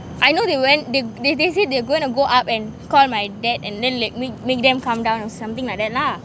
I know they went they they they say they're going to go up and call my dad and then let me make them come down or something like that lah